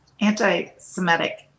anti-Semitic